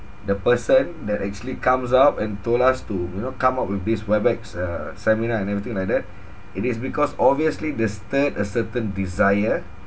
the person that actually comes up and told us to you know come up with this webex uh seminar and everything like that it is because obviously they stirred a certain desire